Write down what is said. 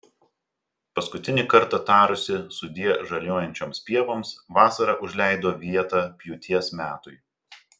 paskutinį kartą tarusi sudie žaliuojančioms pievoms vasara užleido vietą pjūties metui